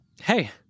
Hey